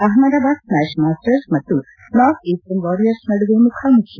ಅಹ್ನದಾಬಾದ್ನ smash masters ಮತ್ತು north eastern warrior ನಡುವೆ ಮುಖಾಮುಖಿ